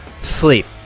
sleep